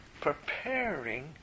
preparing